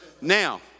Now